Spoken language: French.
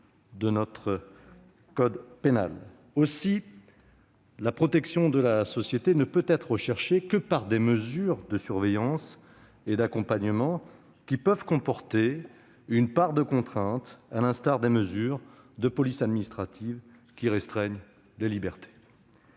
de notre code pénal. Aussi, la protection de la société ne peut être recherchée que par des mesures de surveillance et d'accompagnement, qui peuvent comporter une part de contrainte, à l'instar des mesures de police administrative qui restreignent les libertés.